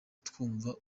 twumva